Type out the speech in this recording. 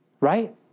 right